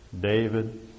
David